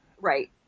Right